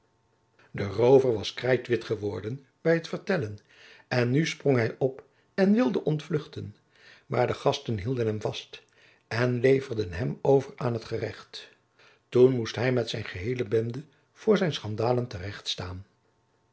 de roover was krijtwit geworden bij het vertellen en nu sprong hij op en wilde ontvluchten maar de gasten hielden hem vast en leverden hem over aan het gerecht toen moest hij met zijn geheele bende voor zijn schanddaden terecht staan